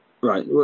Right